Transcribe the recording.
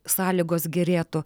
sąlygos gerėtų